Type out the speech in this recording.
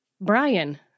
brian